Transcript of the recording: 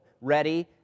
Ready